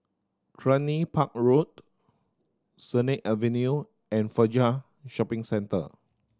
Cluny Park Road Sennett Avenue and Fajar Shopping Centre